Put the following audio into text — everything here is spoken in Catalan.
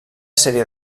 sèrie